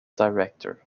director